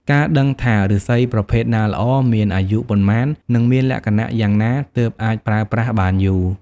ការដឹងថាឫស្សីប្រភេទណាល្អ មានអាយុប៉ុន្មាន និងមានលក្ខណៈយ៉ាងណាទើបអាចប្រើប្រាស់បានយូរ។